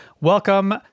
welcome